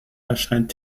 erscheint